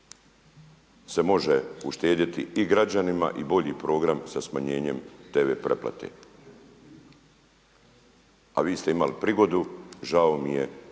se može uštedjeti i građanima i bolji program sa smanjenjem tv pretplate. A vi ste imali prigodu, žao mi je